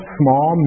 small